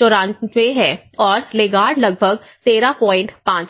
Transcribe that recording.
1154 है और लैगार्ड लगभग 135 है